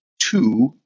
two